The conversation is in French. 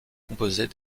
composer